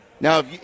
now